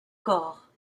corps